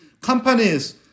companies